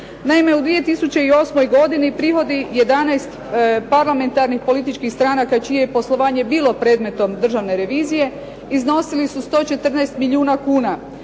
Naime u 2008. godini prihodi 11 parlamentarnih političkih stranka čije je poslovanje bilo predmetom državne revizije, iznosili su 114 milijuna kuna.